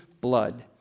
blood